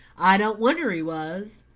i don't wonder he was.